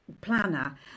planner